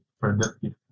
productive